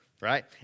right